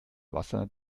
wasser